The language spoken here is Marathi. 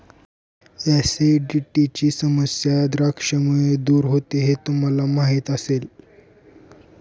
ऍसिडिटीची समस्याही द्राक्षांमुळे दूर होते हे तुम्हाला माहिती असेल